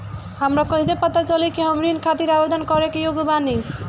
हमरा कईसे पता चली कि हम ऋण खातिर आवेदन करे के योग्य बानी?